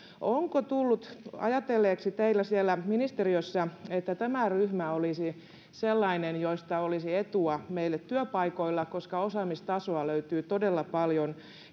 oletteko tulleet ajatelleeksi siellä ministeriössä että tämä ryhmä olisi sellainen josta olisi etua meille työpaikoilla koska osaamistasoa löytyy todella paljon